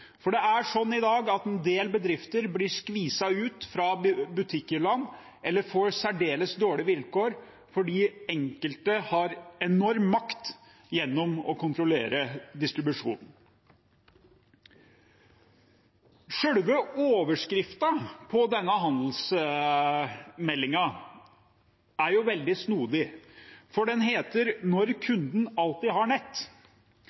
er det slik at en del bedrifter blir skviset ut fra butikker eller får særdeles dårlige vilkår fordi enkelte har enorm makt gjennom å kontrollere distribusjonen. Selve overskriften på denne handelsmeldingen er veldig snodig. Den heter Handelsnæringen – når kunden alltid har nett.